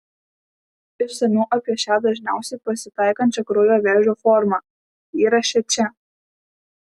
išsamiau apie šią dažniausiai pasitaikančią kraujo vėžio formą įraše čia